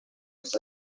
des